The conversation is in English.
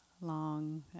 long